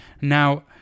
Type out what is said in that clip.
Now